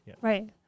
Right